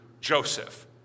Joseph